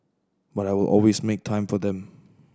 but I will always make time for them